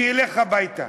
שילך הביתה.